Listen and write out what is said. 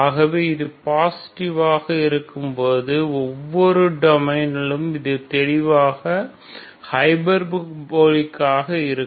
ஆகவே இது பாசிட்டிவ் ஆக இருக்கும்போது ஒவ்வொரு டொமைன் லும் இது தெளிவாக ஹைபர்போலிக் ஆக இருக்கும்